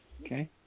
Okay